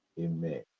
amen